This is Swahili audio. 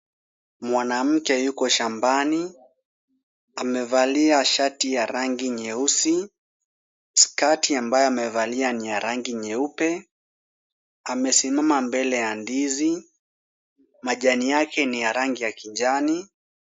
Mwanamke yuko shambani, amevalia shati ya rangi nyeusi. Skirt ambayo amevalia ni ya rangi nyeupe. Amesimama mbele ya ndizi. Majani yake ni ya rangi ya kijani.